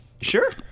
Sure